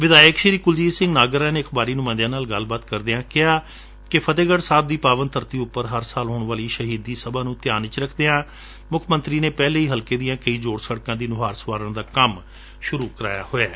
ਵਿਧਾਇਕ ਕੁਲਜੀਤ ਸੰੰਘ ਨਾਗਰਾ ਨੇ ਅਖਬਾਰੀ ਨੁਮਾਂਇੰਦਿਆਂ ਨਾਲ ਗੱਲਬਾਤ ਕਰਦਿਆਂ ਕਿਹਾ ਕਿ ਫਤਹਿਗੜ ਸਾਹਿਬ ਦੀ ਪਾਵਨ ਧਰਤੀ ਉਪਰ ਹਰ ਸਾਲ ਹੋਣ ਵਾਲੀ ਸ਼ਹੀਦੀ ਸਭਾ ਨੂੰ ਧਿਆਨ ਵਿਚ ਰਖਦਿਆਂ ਮੁਖ ਮੰਤਰੀ ਨੇ ਪਹਿਲਾਂ ਹੀ ਹਲਕੇ ਦੀਆਂ ਕਈ ਜੋਤ ਸਤਕਾਂ ਦੀ ਨੁਹਾਰ ਸੰਵਾਰਨ ਦਾ ਕੰਮ ਸੁਰੂ ਕਰਵਾਇਆ ਹੋਇਐ